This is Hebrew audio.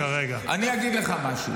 אנחנו מרגישים --- אני אגיד לך משהו.